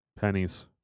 pennies